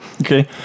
Okay